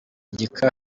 gika